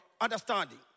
understanding